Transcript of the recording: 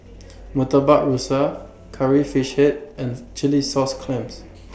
Murtabak Rusa Curry Fish Head and Chilli Sauce Clams